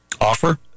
offer